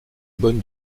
bonne